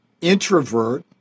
introvert